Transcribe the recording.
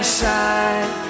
side